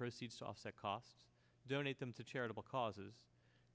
proceeds offset costs donate them to charitable causes